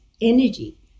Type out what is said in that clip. energy